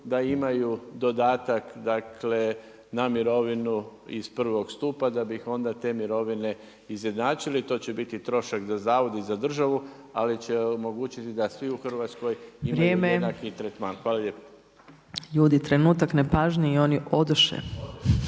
da imaju dodatak na mirovinu iz prvog stupa, da bi onda te mirovine izjednačili. To će biti trošak za zavod i za državu, ali će omogućiti da svi u Hrvatskoj imaju jednaki tretman. Hvala lijepo. **Opačić, Milanka (SDP)** Ludi trenutak nepažnje i oni odoše.